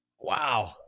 Wow